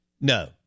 No